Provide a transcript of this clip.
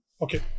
okay